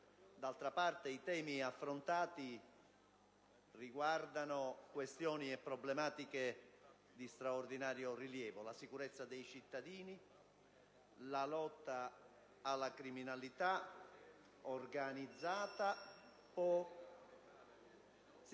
D'altra parte, i temi affrontati riguardano questioni e problematiche di straordinario rilievo: la sicurezza dei cittadini, la lotta alla criminalità organizzata...